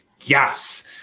yes